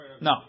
No